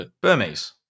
Burmese